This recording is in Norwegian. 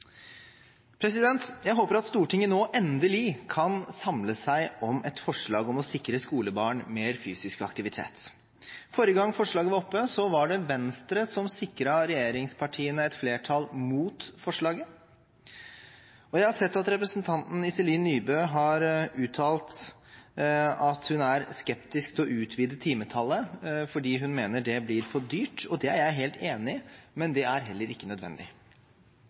Jeg håper at Stortinget nå endelig kan samle seg om et forslag om å sikre skolebarn mer fysisk aktivitet. Forrige gang forslaget var oppe, var det Venstre som sikret regjeringspartiene et flertall mot forslaget. Jeg har sett at representanten Iselin Nybø har uttalt at hun er skeptisk til å utvide timetallet fordi hun mener det blir for dyrt. Det er jeg helt enig i, men det er heller ikke nødvendig.